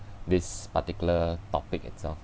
this particular topic itself